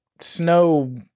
snow